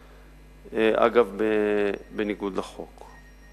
אגב, בניגוד לחוק,